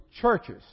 churches